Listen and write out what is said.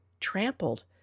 trampled